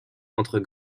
entre